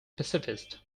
pacifist